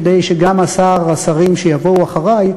כדי שגם השר או השרים שיבואו אחרי,